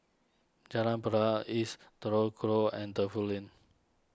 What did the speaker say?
Jalan Batalong East Telok Kurau and Defu Lane